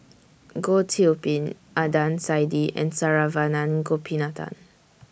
Goh Qiu Bin Adnan Saidi and Saravanan Gopinathan